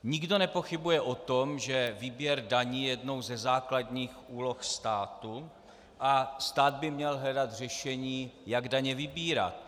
Nikdo nepochybuje o tom, že výběr daní je jednou ze základních úloh státu a stát by měl hledat řešení, jak daně vybírat.